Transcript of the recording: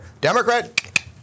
Democrat